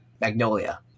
Magnolia